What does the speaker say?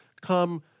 come